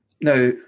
Now